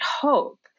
hope